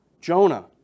Jonah